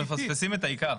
כן,